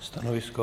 Stanovisko?